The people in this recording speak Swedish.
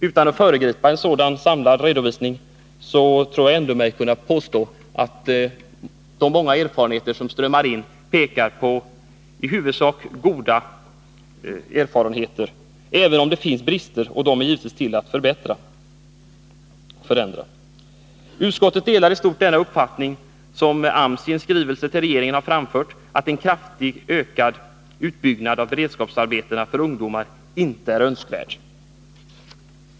Utan att föregripa en sådan samlad redovisning tror jag mig ändå kunna påstå att de många erfarenheter som strömmar in i huvudsak är goda, även om det finns brister. Men sådana är givetvis till för att avhjälpas. Utskottet delar i stort den uppfattning som AMS i en skrivelse till regeringen framför, att en kraftigt ökad utbyggnad av beredskapsarbeten för ungdomar icke är önskvärd.